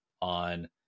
on